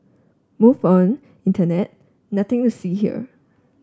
move on internet nothing to see here